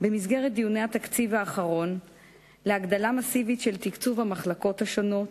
במסגרת דיוני התקציב האחרון להגדלה מסיבית של תקצוב המחלקות השונות,